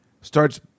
starts